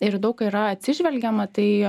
ir į daug ką yra atsižvelgiama tai